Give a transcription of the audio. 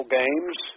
games